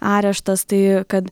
areštas tai kad